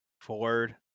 Ford